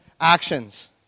actions